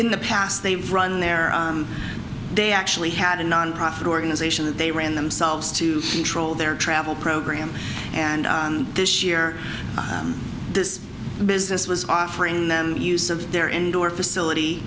in the past they've run there they actually had a nonprofit organization that they ran themselves to see troll their travel program and this year this business was offering them use of their indoor facility